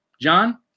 John